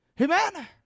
Amen